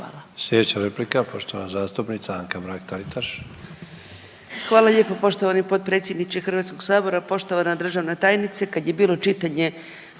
Sljedeća replika poštovana zastupnica Nada Murganić